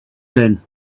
then